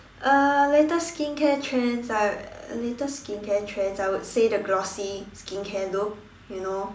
uh latest skincare trends I latest skincare trends I would say the glossy skincare look you know